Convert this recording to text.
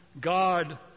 God